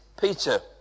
Peter